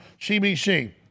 CBC